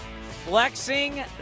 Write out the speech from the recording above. flexing